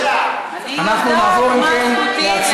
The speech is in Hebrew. אני חושב שזה היה מהלך לא ראוי.